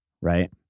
Right